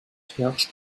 herrscht